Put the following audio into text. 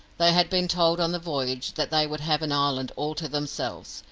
they had been told on the voyage that they would have an island all to themselves,